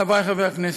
חברי חברי הכנסת,